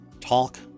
talk